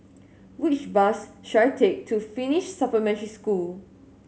which bus should I take to Finnish Supplementary School